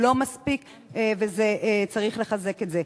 לא מספיק, וצריך לחזק את זה.